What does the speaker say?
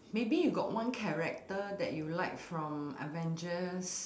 maybe you got one character that you like from avengers